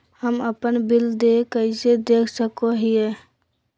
हम अपन बिल देय कैसे देख सको हियै?